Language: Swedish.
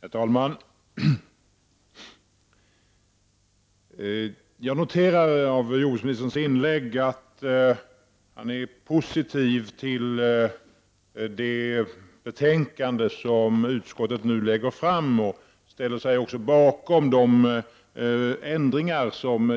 Herr talman! Jag noterar av jordbruksministerns inlägg att han är positiv till det betänkande som utskottet lägger fram och att han också ställer sig bakom de ändringar som